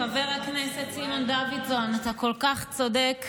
חבר הכנסת סימון דוידסון, אתה כל כך צודק,